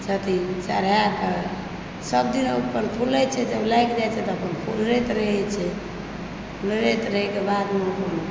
छथिन चढ़ाए कऽ सब दिन ओहि पर फूले छै जब लागि जाए छै तऽ फूलैत रहए छै फूलैत रहएके बाद ओ